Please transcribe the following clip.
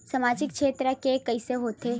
सामजिक क्षेत्र के कइसे होथे?